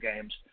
games